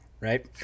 Right